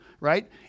Right